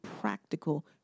practical